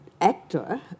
actor